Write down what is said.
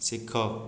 ଶିଖ